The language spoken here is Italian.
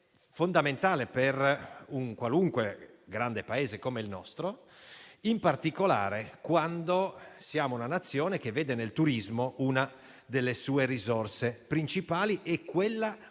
fondamentale per i grandi Paesi come il nostro, in particolare quando si è una Nazione che vede nel turismo una delle sue risorse principali e quella con